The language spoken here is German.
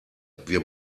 wir